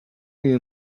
you